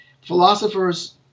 philosophers